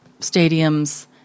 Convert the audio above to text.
stadiums